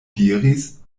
diris